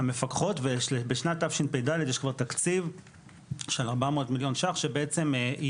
המפקחות ובשנת תשפ"ד יש כבר תקציב של 400 מיליון ₪ שבעצם,